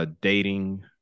dating